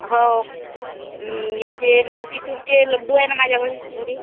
हो याचे मोतीचूरचे लड्डू आहे ना माझ्याघरी घरी